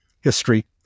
History